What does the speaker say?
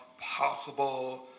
possible